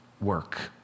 work